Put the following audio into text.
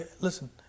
Listen